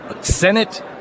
Senate